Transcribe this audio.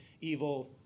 evil